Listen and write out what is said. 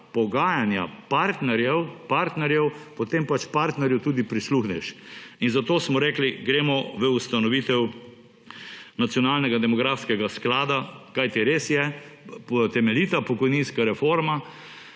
pogajanja partnerjev, potem pač partnerju tudi prisluhneš. Zato smo rekli, gremo v ustanovitev nacionalnega demografskega sklada, kajti res je, temeljita pokojninska reforma,